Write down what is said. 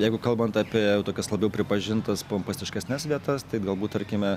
jeigu kalbant apie jau tokias labiau pripažintas pompastiškesnes vietas tai galbūt tarkime